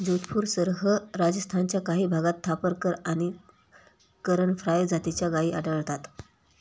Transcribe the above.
जोधपूरसह राजस्थानच्या काही भागात थापरकर आणि करण फ्राय जातीच्या गायी आढळतात